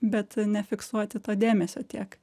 bet nefiksuoti to dėmesio tiek